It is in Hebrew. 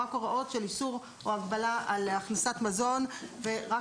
רק הוראות של איסור או הגבלה על הכנסת מזון ורק